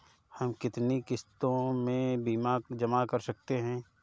हम कितनी किश्तों में बीमा जमा कर सकते हैं?